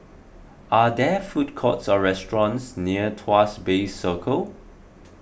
are there food courts or restaurants near Tuas Bay Circle